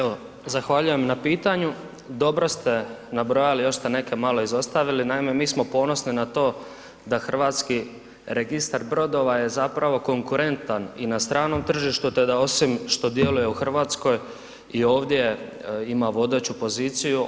Evo, zahvaljujem na pitanju, dobro ste nabrojali još ste neke malo izostavili, naime mi smo ponosni na to da Hrvatski registar brodova je zapravo konkurentan i na stanom tržištu tj. da osim što djeluje u Hrvatskoj i ovdje ima vodeću poziciju.